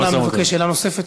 חבר הכנסת יונה מבקש שאלה נוספת?